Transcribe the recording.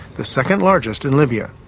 the second largest in libya.